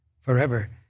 forever